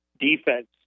defense